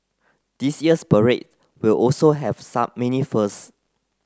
this year's parade will also have some many firsts